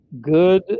good